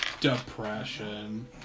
depression